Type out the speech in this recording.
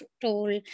told